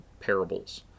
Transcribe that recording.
parables